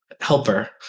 helper